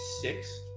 Six